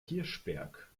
hirschberg